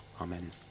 Amen